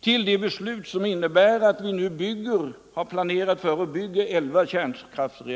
till de beslut som innebär att vi nu planerar för och bygger elva kärnkraftreaktorer?